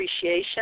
appreciation